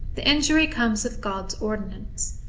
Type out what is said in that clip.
the injury comes of god's ordinance.